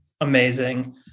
amazing